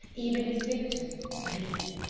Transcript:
even his victim me!